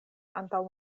antaŭ